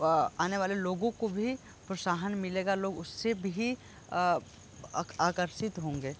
आनेवाले लोगों को भी प्रोत्साहन मिलेगा लोग उससे भी आकर्षित होंगे